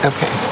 Okay